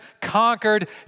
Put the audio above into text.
conquered